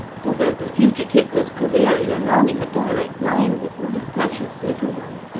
although the fugitive was careering along in a direct line with my precious little one.